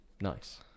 Nice